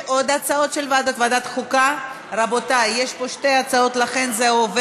התשע"ו 2016, עברה בקריאה טרומית ותועבר